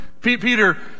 Peter